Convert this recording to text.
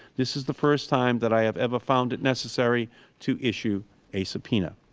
this is the first time that i have ever found it necessary to issue a subpoena.